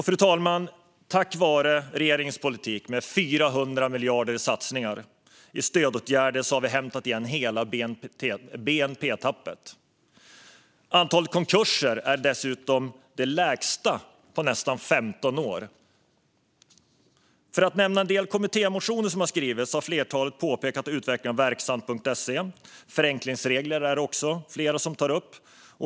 Fru talman! Tack vare regeringens politik med 400 miljarder i satsningar på stödåtgärder har vi hämtat igen hela bnp-tappet. Antalet konkurser är dessutom det lägsta på nästan 15 år. Jag ska nämna en del kommittémotioner som har skrivits. Ett flertal har påpekat utvecklingen av Verksamt.se, och även förenklingsregler är det flera som tar upp.